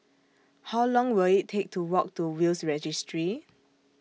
How Long Will IT Take to Walk to Will's Registry